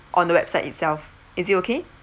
on the website itself is it okay